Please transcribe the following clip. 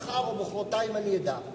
ומחר או מחרתיים אני אדע,